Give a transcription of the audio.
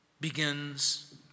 begins